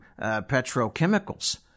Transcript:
petrochemicals